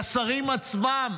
לשרים עצמם,